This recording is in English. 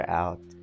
out